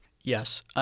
Yes